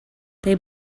they